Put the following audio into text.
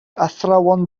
athrawon